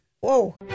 whoa